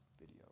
video